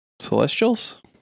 Celestials